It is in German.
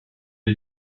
wir